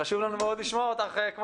חשוב לנו מאוד לשמוע אותך כמו